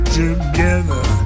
together